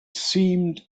seemed